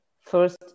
First